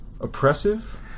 oppressive